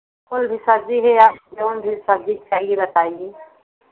कोइ भी सब्ज़ी भी कौन सी सब्ज़ी चाहिए बताइए